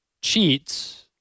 cheats